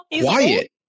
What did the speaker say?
quiet